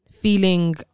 feeling